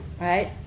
right